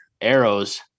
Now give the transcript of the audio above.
arrows